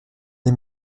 les